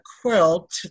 quilt